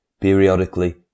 Periodically